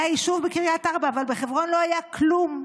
היה יישוב בקריית ארבע, אבל בחברון לא היה כלום.